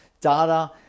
data